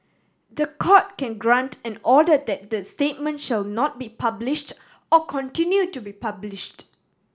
the Court can grant an order that the statement shall not be published or continue to be published